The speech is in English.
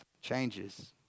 changes